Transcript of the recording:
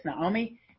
Naomi